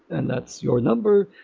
and that's your number.